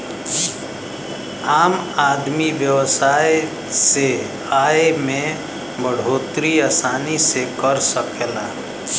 आम आदमी व्यवसाय से आय में बढ़ोतरी आसानी से कर सकला